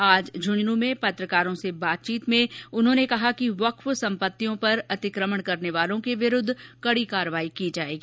आज झुझुनू में पत्रकारों से बातचीत में उन्होंने कहा कि वक्फ संपतियों पर अतिक्रमण करने वालों के विरूद्ध कड़ी कार्यवाही की जायेगी